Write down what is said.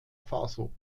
faso